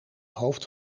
hoofd